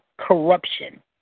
corruption